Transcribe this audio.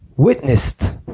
witnessed